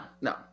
no